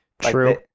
true